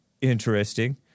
interesting